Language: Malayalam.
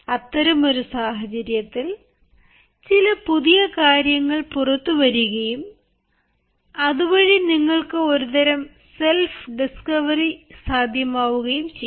അത്തരമൊരു സാഹചര്യത്തിൽ ചില പുതിയ കാര്യങ്ങൾ പുറത്തു വരികയും അത് വഴി നിങ്ങള്ക്ക് ഒരുതരം സെല്ഫ് ഡിസ്കവറി സാധ്യമാവുകയും ചെയ്യുന്നു